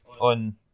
on